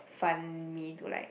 fund me to like